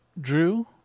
Drew